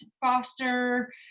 foster